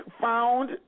found